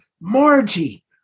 Margie